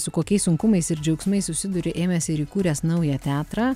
su kokiais sunkumais ir džiaugsmais susiduria ėmęs ir įkūręs naują teatrą